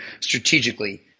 strategically